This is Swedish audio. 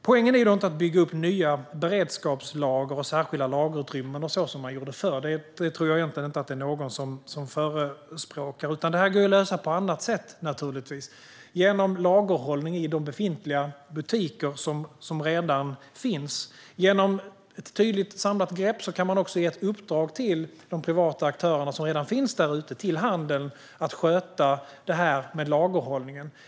Poängen är alltså inte att bygga upp nya beredskapslager och särskilda lagerutrymmen som vi gjorde förr. Det tror jag inte att någon förespråkar, utan det här går ju att lösa på annat sätt, till exempel genom lagerhållning i befintliga butiker. Genom ett tydligt samlat grepp kan vi ge ett uppdrag till de privata aktörer som redan finns där ute - till handeln - att sköta lagerhållningen.